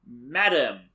Madam